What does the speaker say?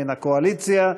מן הקואליציה.